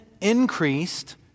increased